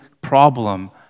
problem